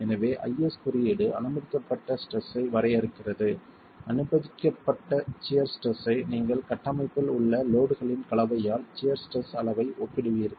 எனவே IS குறியீடு அனுமதிக்கப்பட்ட ஸ்ட்ரெஸ் ஐ வரையறுக்கிறது அனுமதிக்கப்பட்ட சியர் ஸ்ட்ரெஸ் ஐ நீங்கள் கட்டமைப்பில் உள்ள லோட்களின் கலவையால் சியர் ஸ்ட்ரெஸ் அளவை ஒப்பிடுவீர்கள்